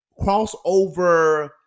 crossover